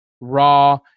raw